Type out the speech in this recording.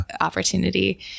opportunity